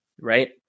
Right